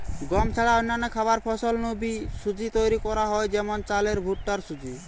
গম ছাড়া অন্যান্য খাবার ফসল নু বি সুজি তৈরি করা হয় যেমন চালের ভুট্টার সুজি